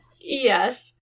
Yes